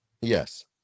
Yes